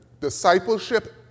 discipleship